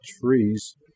trees